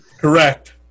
Correct